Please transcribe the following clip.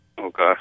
Okay